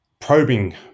probing